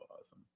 awesome